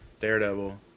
Daredevil